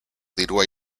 dirua